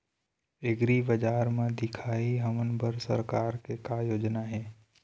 एग्रीबजार म दिखाही हमन बर सरकार के का योजना हे?